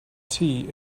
tea